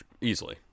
easily